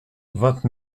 vingt